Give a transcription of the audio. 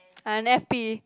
unhappy